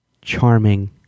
charming